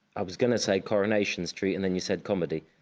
i was going to say coronation street, and then you said comedy!